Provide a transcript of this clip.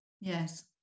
Yes